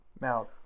Now